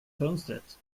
fönstret